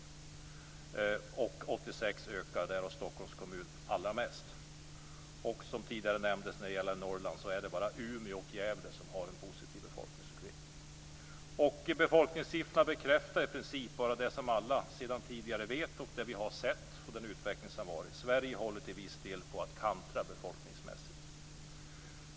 86 ökar sin befolkning, därav Stockholms kommun allra mest. Som tidigare nämndes när det gäller Norrland är det bara Umeå och Gävle som har en positiv befolkningsutveckling. Befolkningssiffrorna bekräftar i princip bara det som alla sedan tidigare vet och den utveckling som vi sett. Sverige håller till viss del på att kantra befolkningsmässigt.